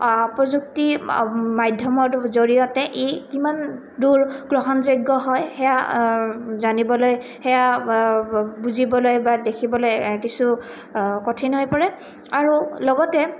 প্ৰযুক্তি মাধ্যমৰ জৰিয়তে ই কিমান দূৰ গ্ৰহণযোগ্য হয় সেয়া জানিবলৈ সেয়া বুজিবলৈ বা দেখিবলৈ কিছু কঠিন হৈ পৰে আৰু লগতে